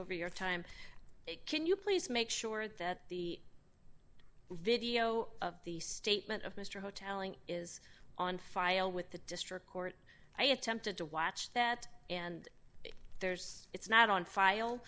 over your time can you please make sure that the video of the statement of mister hotelling is on file with the district court i attempted to watch that and if there's it's not on file